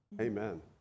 Amen